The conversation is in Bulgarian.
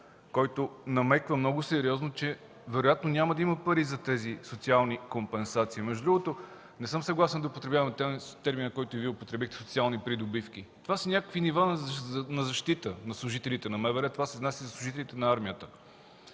който много сериозно намеква, че вероятно няма да има пари за тези социални компенсации. Между другото, не съм съгласен да употребяваме термина, който Вие употребихте – социални придобивки. Това са някакви нива на защита на служителите на МВР, това се отнася и за служителите на армията.